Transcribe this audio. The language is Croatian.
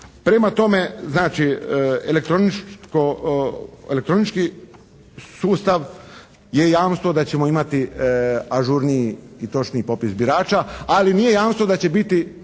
Prema tome, znači elektronički sustav je jamstvo da ćemo imati ažurniji i točniji popis birača. Ali nije jamstvo da će biti